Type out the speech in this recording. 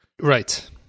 Right